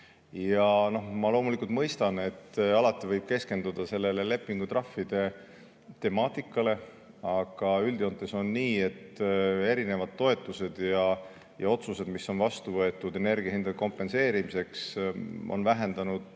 Ma loomulikult mõistan, et alati võib keskenduda lepingutrahvide temaatikale, aga üldjoontes on nii, et erinevad toetused ja otsused, mis on vastu võetud energiahindade kompenseerimiseks, on vähendanud